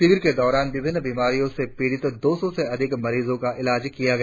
शिविर के दौरान विभिन्न बीमारियों से पीड़ित दो सौ से अधिक मरिजों को इलाज किया गया